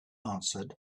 answered